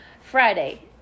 Friday